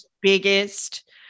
biggest